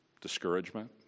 discouragement